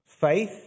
Faith